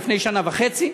לפני שנה וחצי,